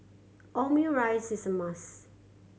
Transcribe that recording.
omurice is a must